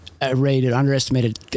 underestimated